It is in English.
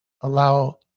allow